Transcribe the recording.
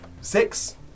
six